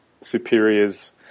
superiors